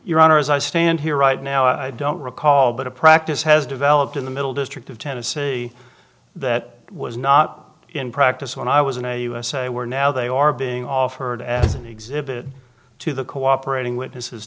honor as i stand here right now i don't recall but a practice has developed in the middle district of tennessee that was not in practice when i was in a usa we're now they are being offered as an exhibit to the cooperating witnesses